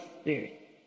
spirit